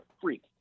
freak